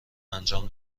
انجام